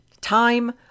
time